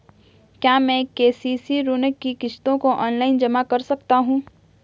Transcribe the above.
क्या मैं के.सी.सी ऋण की किश्तों को ऑनलाइन जमा कर सकता हूँ?